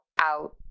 out